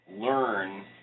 learn